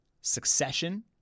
succession